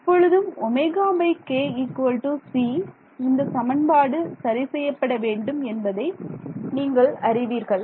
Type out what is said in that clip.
இப்பொழுதும் ωk c இந்த சமன்பாடு சரி செய்யப்பட வேண்டும் என்பதை நீங்கள் அறிவீர்கள்